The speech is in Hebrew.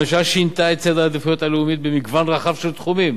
הממשלה שינתה את סדר העדיפויות הלאומי במגוון רחב של תחומים,